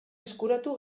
eskuratu